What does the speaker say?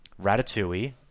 Ratatouille